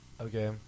okay